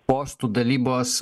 postų dalybos